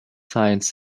science